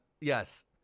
Yes